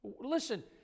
Listen